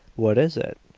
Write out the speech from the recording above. what is it?